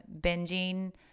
binging